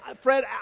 Fred